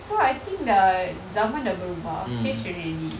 so I think the zaman dah berubah change already